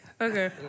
Okay